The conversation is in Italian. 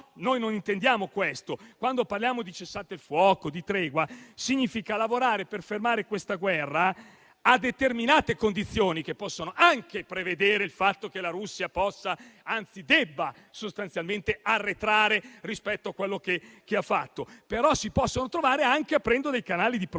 No, non intendiamo questo. Quando parliamo di cessate il fuoco e di tregua, ciò significa lavorare per fermare questa guerra, a determinate condizioni, che possono anche prevedere il fatto che la Russia possa - anzi debba - sostanzialmente arretrare rispetto a quello che ha fatto, che però si possono trovare anche aprendo dei canali diplomatici,